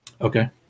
Okay